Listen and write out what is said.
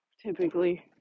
typically